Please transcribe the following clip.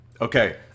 Okay